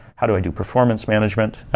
how do i do performance management?